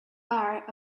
bar